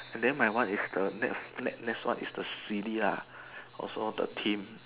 then my one is the next next one is the silly lah also the team